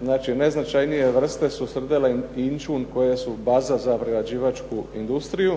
Znači najznačajnije vrste su srdela i inćun koje su baza za prerađivačku industriju.